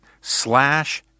Slash